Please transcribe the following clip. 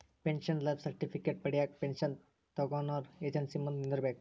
pension life certificate ಪಡ್ಯಾಕ pension ತೊಗೊನೊರ agency ಮುಂದ ನಿಂದ್ರಬೇಕ್